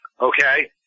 Okay